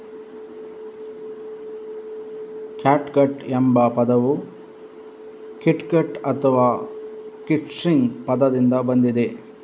catgut ಎಂಬ ಪದವು kitgut ಅಥವಾ ಕಿಟ್ಸ್ಟ್ರಿಂಗ್ ಪದದಿಂದ ಬಂದಿದೆ